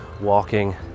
walking